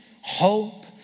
hope